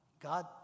God